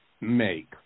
make